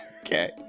Okay